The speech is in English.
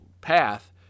path